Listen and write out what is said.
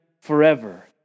forever